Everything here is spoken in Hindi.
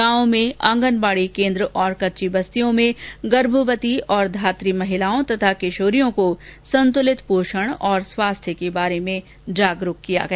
गांव में आंगनबाड़ी केन्द्र और कच्ची बस्तियों में गर्भवती और धात्री महिलाओं किशोरियों को संतुलित पोषण और स्वास्थ्य के बारे में जागरुक किया गया